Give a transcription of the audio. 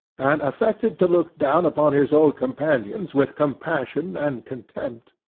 and affected to look down upon his old companions with compassion and contempt.